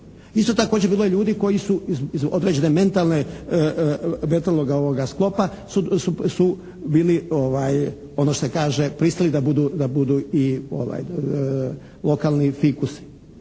Isto također bilo je ljudi koji su iz određene mentalne, mentalnoga sklopa su bili ono što se kaže, pristali da budu lokalni fikusi.